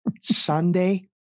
Sunday